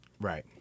Right